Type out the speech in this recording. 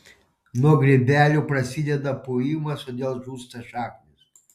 nuo grybelių prasideda puvimas todėl žūsta šaknys